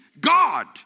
God